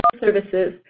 services